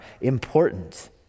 important